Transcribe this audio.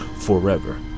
forever